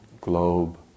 globe